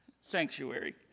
Sanctuary